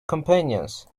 companions